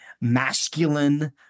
masculine